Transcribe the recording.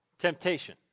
temptation